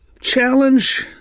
challenge